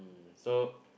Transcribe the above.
so